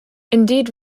indeed